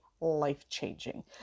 life-changing